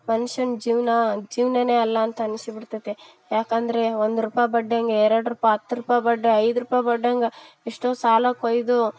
ಮನ್ಷನ ಜೀವನ ಜೀವನನೇ ಅಲ್ಲ ಅಂತ ಅನ್ನಿಸಿಬಿಡ್ತದೆ ಯಾಕಂದರೆ ಒಂದು ರುಪಾಯ್ ಬಡ್ಡಿಯಂಗೆ ಎರಡು ರುಪಾಯ್ ಹತ್ತು ರುಪಾಯ್ ಬಡ್ಡಿ ಐದು ರೂಪಾಯಿ ಬಡ್ಡಿಯಂಗೆ ಎಷ್ಟೋ ಸಾಲ ಕೊಯ್ದು